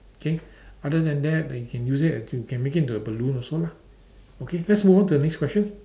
K other than that you can use it to you can make it into a balloon also lah okay let's move on to the next question